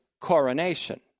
coronation